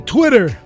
Twitter